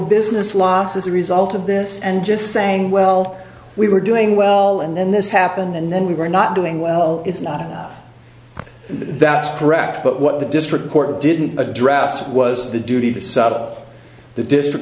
business loss as a result of this and just saying well we were doing well and then this happened and then we were not doing well it's not that's correct but what the district court didn't address was the duty the side of the district